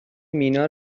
مینا